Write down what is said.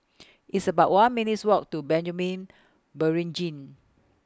It's about one minutes' Walk to Beringin